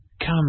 Come